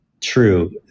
true